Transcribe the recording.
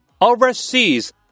overseas